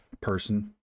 person